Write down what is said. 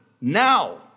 now